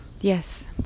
Yes